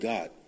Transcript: God